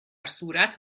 صورت